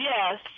Yes